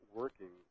working